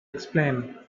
explain